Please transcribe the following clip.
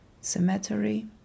cemetery